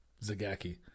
Zagaki